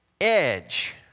edge